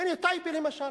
הנה טייבה, למשל.